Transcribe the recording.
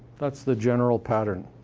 that's the general pattern.